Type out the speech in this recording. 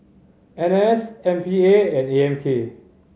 N S M P A and A M K